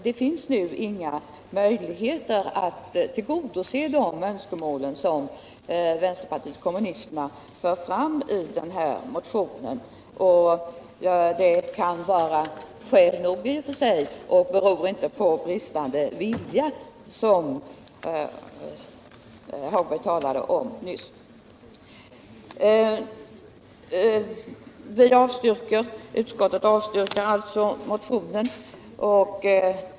Det finns inga möjligheter att nu tillgodose de önskemål som vänsterpartiet kommunisterna för fram i motionen. Det kan i och för sig vara skäl nog för att avstyrka den; det beror inte på bristande vilja, som Lars-Ove Hagberg nyss sade. Utskottet avstyrker alltså motionen.